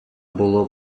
було